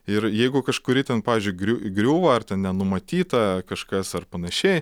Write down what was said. ir jeigu kažkuri ten pavyzdžiui griū griūva ar ten nenumatyta kažkas ar panašiai